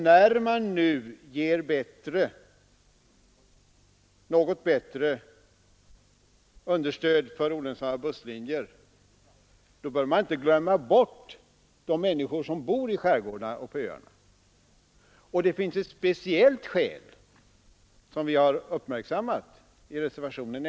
När man nu ger något bättre understöd för olönsamma busslinjer, bör man inte glömma bort de människor som bor i skärgårdarna. Det finns ett speciellt skäl därtill som vi också uppmärksammat i reservationen.